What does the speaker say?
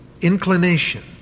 inclination